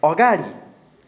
अगाडि